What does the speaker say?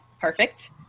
perfect